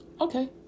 Okay